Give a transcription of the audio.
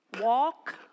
Walk